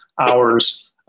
hours